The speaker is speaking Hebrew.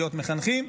להיות מחנכים,